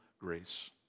grace